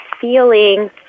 feeling